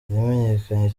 yamenyekanye